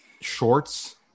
shorts